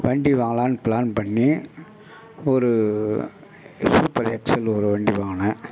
வண்டி வாங்கலாம்னு ப்ளான் பண்ணி ஒரு சூப்பர் எக்ஸல் ஒரு வண்டி வாங்கினேன்